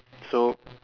so